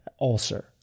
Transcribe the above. ulcer